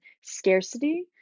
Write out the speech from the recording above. scarcity